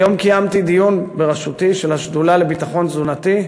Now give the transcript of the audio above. היום קיימתי דיון בראשותי של השדולה לביטחון תזונתי.